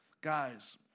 guys